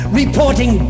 reporting